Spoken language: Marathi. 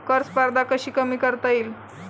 कर स्पर्धा कशी कमी करता येईल?